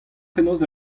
fenoz